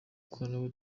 ukora